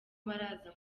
baraza